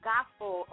Gospel